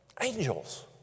angels